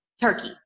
Turkey